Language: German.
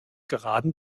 geraden